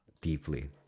deeply